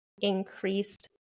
increased